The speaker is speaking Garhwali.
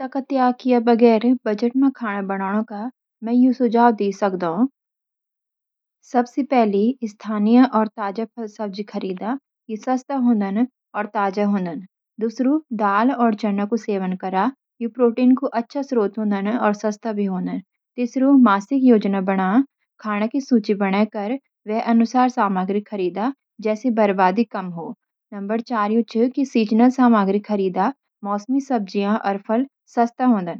स्थानीय और ताजे फल-सब्जियाँ खरीदा– यू सस्त होंद और ताजा भी होंदन । दाल और चना का सेवन करा– ये प्रोटीन का अच्छा स्रोत हों दन और सस्त भी हो दन। मासिक योजना बना – खाने की सूची बना कर वे अनुसार सामग्री खरीद, जिससे बर्बादी कम हो। सीजनल सामग्री खरीदा – मौसमी सब्जियाँ और फल सस्ते हो दन।